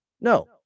No